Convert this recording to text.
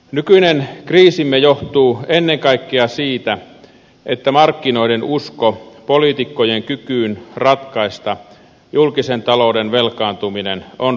nykyinen kriisimme johtuu ennen kaikkea siitä että markkinoiden usko poliitikkojen kykyyn ratkaista julkisen talouden velkaantuminen on romahtanut